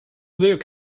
luke